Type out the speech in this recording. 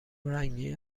رنگی